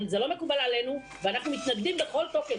זה לא מקובל עלינו, ואנחנו מתנגדים בכל תוקף.